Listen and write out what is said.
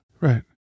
Right